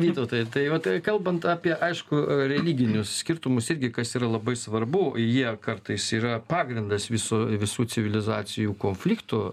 vytautai tai vat kalbant apie aišku religinius skirtumus irgi kas yra labai svarbu jie kartais yra pagrindas viso visų civilizacijų konfliktų